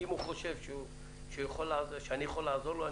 אם הוא חושב שאני יכול לעזור לו,